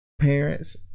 parents